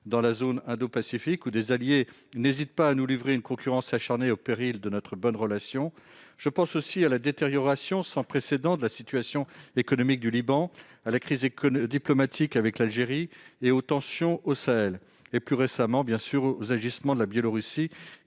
dans la zone indo-pacifique, où des alliés n'hésitent pas à nous livrer une concurrence acharnée au péril de nos relations. Je pense aussi à la détérioration sans précédent de la situation économique du Liban, à la crise diplomatique avec l'Algérie, aux tensions au Sahel et, plus récemment, aux agissements de la Biélorussie,